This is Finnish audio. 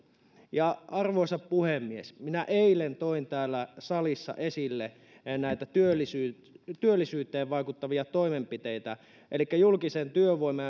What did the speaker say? arvoisa puhemies minä eilen toin täällä salissa esille näitä työllisyyteen työllisyyteen vaikuttavia toimenpiteitä elikkä julkisiin työvoima